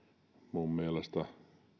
minun mielestäni